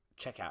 checkout